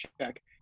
check